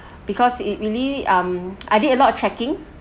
because it really um I did a lot of checking